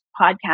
podcast